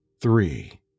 three